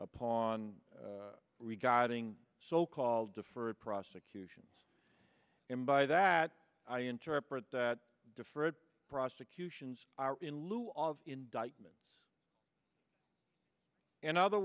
upon regarding so called deferred prosecutions and by that i interpret that deferred prosecutions are in lieu of indictments in other